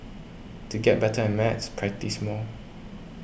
to get better at maths practise more